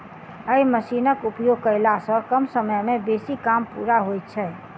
एहि मशीनक उपयोग कयला सॅ कम समय मे बेसी काम पूरा होइत छै